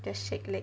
just shake leg